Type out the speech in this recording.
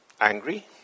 angry